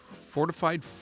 Fortified